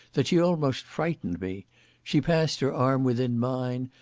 that she almost frightened me she passed her arm within mine,